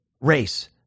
race